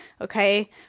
okay